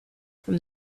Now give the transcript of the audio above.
from